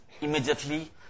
immediately